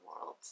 world